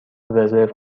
رزرو